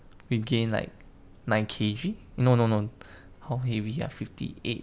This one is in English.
we gain like nine K_G no no no how heavy ah fifty eight